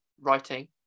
writing